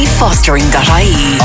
fostering.ie